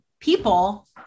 people